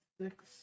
Six